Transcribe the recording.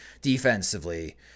defensively